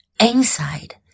Inside